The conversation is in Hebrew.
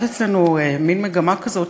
יש אצלנו מין מגמה כזאת,